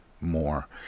more